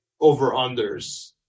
over-unders